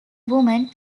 woman